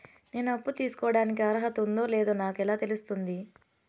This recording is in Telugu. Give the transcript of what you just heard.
నేను అప్పు తీసుకోడానికి అర్హత ఉందో లేదో నాకు ఎలా తెలుస్తుంది?